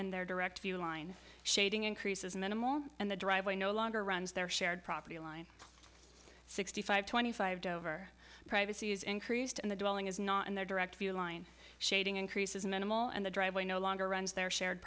in their direct fuel line shading increase is minimal and the driveway no longer runs their shared property line sixty five twenty five dover privacy is increased and the developing is not in their direct view line shading increase is minimal and the driveway no longer runs their shared